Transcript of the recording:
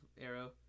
arrow